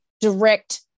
direct